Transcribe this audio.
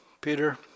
Peter